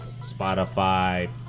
Spotify